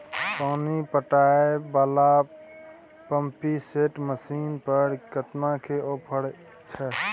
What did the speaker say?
पानी पटावय वाला पंपिंग सेट मसीन पर केतना के ऑफर छैय?